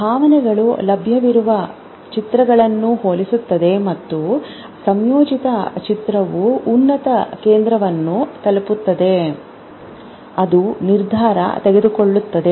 ಭಾವನೆಗಳು ಲಭ್ಯವಿರುವ ಚಿತ್ರಗಳನ್ನು ಹೋಲಿಸುತ್ತದೆ ಮತ್ತು ಸಂಯೋಜಿತ ಚಿತ್ರವು ಉನ್ನತ ಕೇಂದ್ರವನ್ನು ತಲುಪುತ್ತದೆ ಅದು ನಿರ್ಧಾರ ತೆಗೆದುಕೊಳ್ಳುತ್ತದೆ